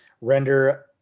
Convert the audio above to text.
render